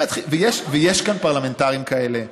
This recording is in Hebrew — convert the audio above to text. ויש כאן פרלמנטרים כאלה.